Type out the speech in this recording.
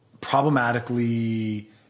problematically